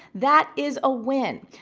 that is a win.